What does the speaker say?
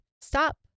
stop